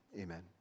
Amen